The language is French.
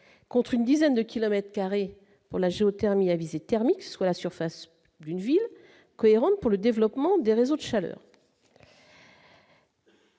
contre une dizaine de kilomètres carrés pour la géothermie visée thermique, soit la surface d'une ville cohérent pour le développement des réseaux d'chaleur.